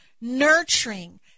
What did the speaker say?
nurturing